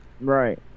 Right